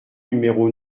numéro